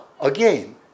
again